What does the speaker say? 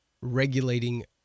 regulating